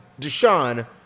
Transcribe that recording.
Deshaun